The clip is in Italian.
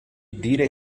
dire